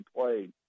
played